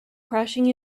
crashing